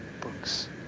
books